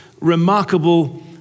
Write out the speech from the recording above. remarkable